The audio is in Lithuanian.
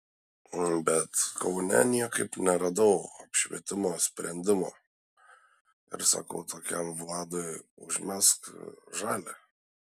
bet kaune niekaip neradau apšvietimo sprendimo ir sakau tokiam vladui užmesk žalią